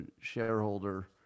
shareholder